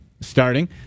starting